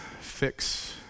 fix